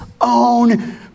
own